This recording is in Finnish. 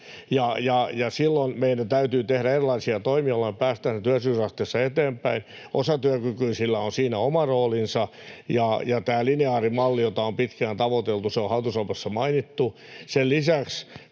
Silloin meidän täytyy tehdä erilaisia toimia, joilla me päästään työllisyysasteessa eteenpäin. Osatyökykyisillä on siinä oma roolinsa, ja tätä lineaarimallia on pitkään tavoiteltu, ja se on hallitusohjelmassa mainittu.